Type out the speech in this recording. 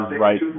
right